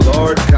Lord